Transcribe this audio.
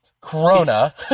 Corona